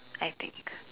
I take it